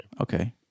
Okay